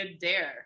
dare